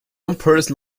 unpursed